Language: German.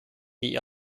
wie